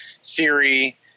Siri